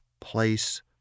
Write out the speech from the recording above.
place